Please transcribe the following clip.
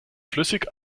flüssig